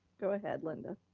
go ahead, linda.